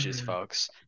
folks